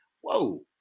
whoa